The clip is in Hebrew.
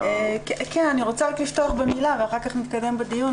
אני רוצה לפתוח במילה, ואחר כך נתקדם בדיון.